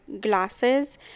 glasses